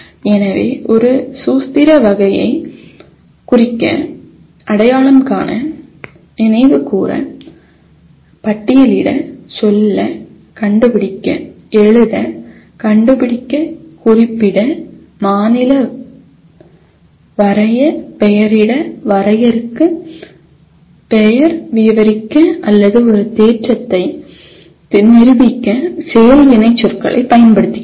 எனவே ஒரு சூஸ்திர வகையை குறிக்க அடையாளம் காண நினைவுகூர பட்டியலிட சொல்ல கண்டுபிடிக்க எழுத கண்டுபிடிக்க குறிப்பிட மாநில வரைய பெயரிட வரையறுக்க பெயர் விவரிக்க அல்லது ஒரு தேற்றத்தை நிரூபிக்க செயல் வினைச்சொற்களைப் பயன்படுத்துகிறோம்